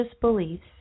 beliefs